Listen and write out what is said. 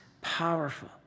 powerful